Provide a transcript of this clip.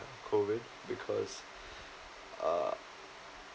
COVID because uh